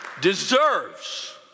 deserves